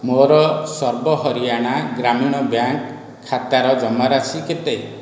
ମୋର ସର୍ବ ହରିୟାଣା ଗ୍ରାମୀଣ ବ୍ୟାଙ୍କ୍ ଖାତାର ଜମାରାଶି କେତେ